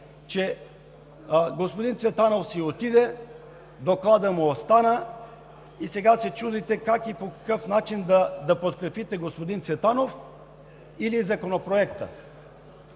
че господин Цветанов си отиде, докладът му остана и сега се чудите как и по какъв начин да подкрепите господин Цветанов, или Законопроекта